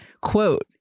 Quote